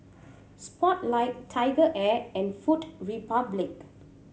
Spotlight TigerAir and Food Republic